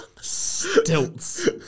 stilts